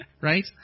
right